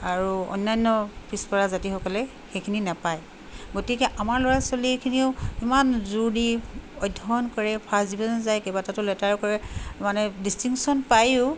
আৰু অন্যান্য পিছপৰা জাতিসকলে সেইখিনি নোপায় গতিকে আমাৰ ল'ৰা ছোৱালীখিনিও ইমান জোৰ দি অধ্যয়ন কৰে ফাৰ্ষ্ট ডিভিজন যায় কেইবাটাতো লেটাৰ কৰে মানে ডিষ্টিংশ্যন পায়ো